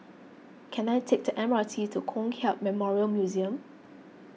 can I take the M R T to Kong Hiap Memorial Museum